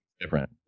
different